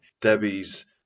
Debbie's